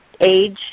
age